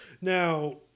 Now